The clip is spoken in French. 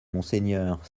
monseigneur